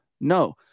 no